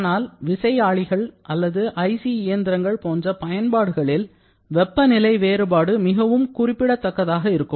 ஆனால் விசையாழிகள் அல்லது IC இயந்திரங்கள் போன்ற பயன்பாடுகளில் வெப்பநிலை வேறுபாடு மிகவும் குறிப்பிடத்தக்கதாக இருக்கும்